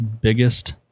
biggest